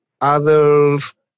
others